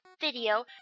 video